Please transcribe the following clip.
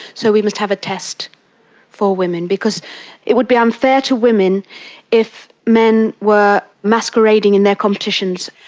so we must have a test for women, because it would be unfair to women if men were masquerading in their competitions.